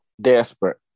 desperate